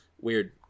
weird